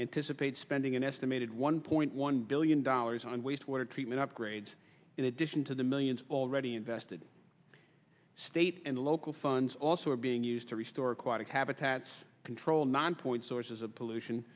anticipate spending an estimated one point one billion dollars on wastewater treatment upgrades in addition to the millions already invested state and local funds also being used to restore aquatic habitats control non point sources of pollution